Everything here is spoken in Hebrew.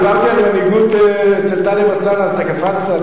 דיברתי על מנהיגות אצל טלב אלסאנע אז אתה קפצת?